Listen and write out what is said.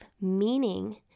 meaning